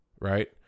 Right